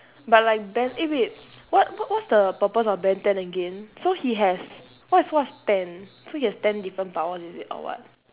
but like ben eh wait what what what's the purpose of ben ten again so he has what's what's ten so he has ten different powers is it or what